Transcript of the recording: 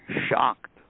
shocked